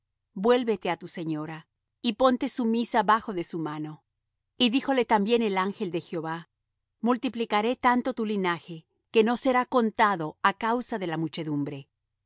vuélvete á tu señora y ponte sumisa bajo de su mano díjole también el ángel de jehová multiplicaré tanto tu linaje que no será contado á causa de la muchedumbre